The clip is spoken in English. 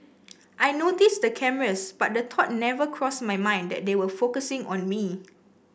I noticed the cameras but the thought never crossed my mind that they were focusing on me